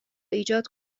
ایجاد